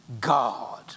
God